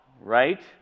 right